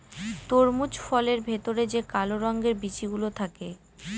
তরমুজ ফলের ভেতরে যে কালো রঙের বিচি গুলো থাকে